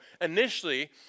initially